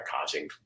causing